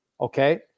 Okay